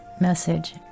message